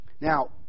Now